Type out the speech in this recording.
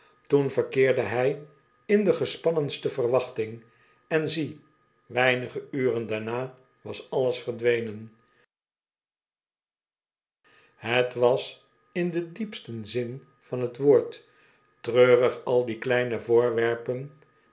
toen verkeerde hij in de gespannenste verwachting en zie weinige uren daarna was alles verdwenen het was in den diepstèn zin van t woord treurig al die kleine voorwerpen